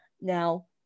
Now